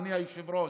אדוני היושב-ראש,